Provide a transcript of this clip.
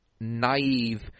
naive